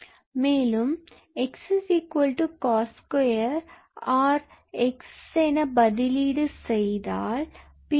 மேலும் 𝑥𝑐𝑜𝑠2 or x என பதிலீடு செய்தாள் sinp𝑥